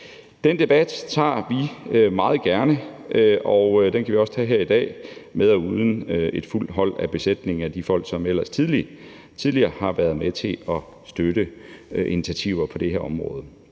Den debat tager vi meget gerne, og den kan vi også tage her i dag – med eller uden et fuldt hold, en fuld besætning af de folk, som ellers tidligere har været med til at støtte initiativer på det her område.